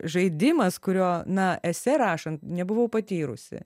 žaidimas kurio na esė rašant nebuvau patyrusi